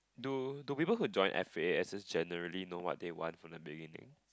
do do people who join F_A_S_S generally know what they want from the beginning